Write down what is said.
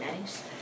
nice